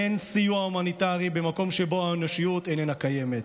אין סיוע הומניטרי במקום שבו האנושיות איננה קיימת.